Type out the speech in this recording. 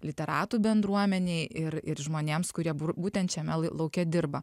literatų bendruomenei ir ir žmonėms kurie bru būtent šiame l lauke dirba